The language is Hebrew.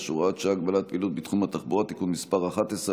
(הוראת שעה) (הגבלת פעילות בתחום התחבורה) (תיקון מס' 11),